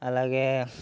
అలాగే